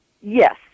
yes